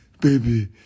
Baby